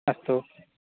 अस्तु